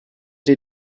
die